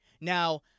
Now